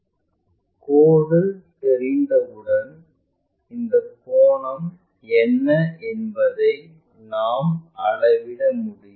கோடு தெரிந்தவுடன் இந்த கோணம் என்ன என்பதை நாம் அளவிட முடியும்